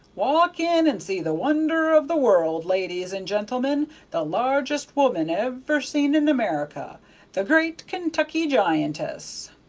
walk in and see the wonder of the world, ladies and gentlemen the largest woman ever seen in america the great kentucky giantess!